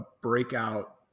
breakout